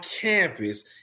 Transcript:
campus